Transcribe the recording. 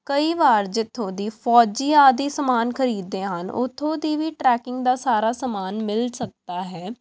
ਕਈ ਵਾਰ ਜਿੱਥੋਂ ਦੀ ਫੌਜੀ ਆਦਿ ਸਮਾਨ ਖਰੀਦਦੇ ਹਨ ਉੱਥੋਂ ਦੀ ਵੀ ਟਰੈਕਿੰਗ ਦਾ ਸਾਰਾ ਸਮਾਨ ਮਿਲ ਸਕਦਾ ਹੈ